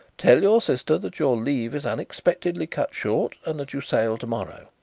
tell your sister that your leave is unexpectedly cut short and that you sail to-morrow.